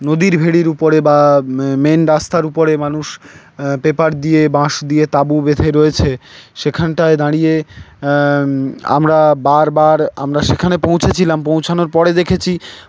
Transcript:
নদীর ভেড়ির উপরে বা মেন রাস্তার উপরে মানুষ পেপার দিয়ে বাঁশ দিয়ে তাঁবু বেঁধে রয়েছে সেখানটায় দাঁড়িয়ে আমরা বারবার আমরা সেখানে পৌঁছেছিলাম পৌঁছানোর পরে দেখেছি